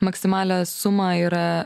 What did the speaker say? maksimalią sumą yra